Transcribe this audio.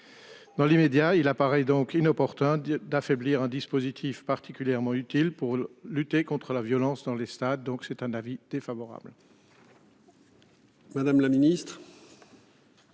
Dans l'immédiat, il apparaît donc inopportun d'affaiblir un dispositif particulièrement utile pour lutter contre la violence dans les stades, donc c'est un avis défavorable.